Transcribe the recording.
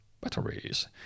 Batteries